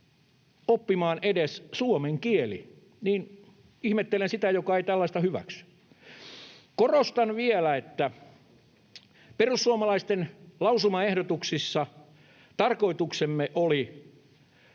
oppimaan edes suomen kieli, niin ihmettelen sitä, joka ei tällaista hyväksy. Korostan vielä, että perussuomalaisten lausumaehdotuksissa tarkoituksemme oli